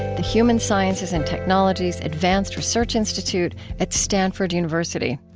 the human-sciences and technologies advanced research institute at stanford university.